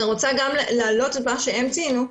אני רוצה גם להעלות דבר שהם ציינו,